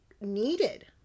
needed